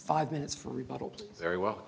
five minutes for rebuttal very well